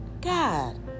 God